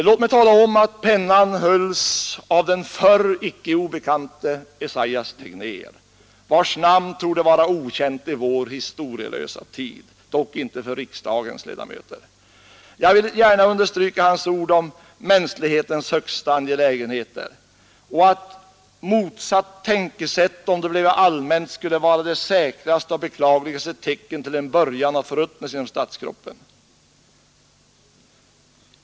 Låt mig tala om att pennan hölls av den icke obekante E Tegnér, vars namn torde vara okänt i vår historielösa tid — dock inte riksdagens ledamöter. Jag vill gärna understryka hans ord om ”mänsklig ”motsatt tänkesätt, om det bleve hetens högsta angelägenheter” och att allmänt i landet, skulle vara ett av de säkraste och beklagligaste tecken till en börjande förruttnelse inom Statskroppen”.